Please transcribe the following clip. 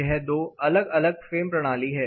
यह दो अलग अलग फ्रेम प्रणाली है